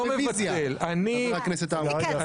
לפי הבדיקה שלנו הוגשו עד היום 23 ערעורים מתוכם 7